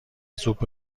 سوپ